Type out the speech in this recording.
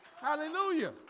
Hallelujah